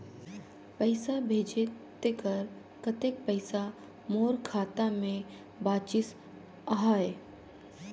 पइसा भेजे तेकर कतेक पइसा मोर खाता मे बाचिस आहाय?